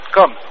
Come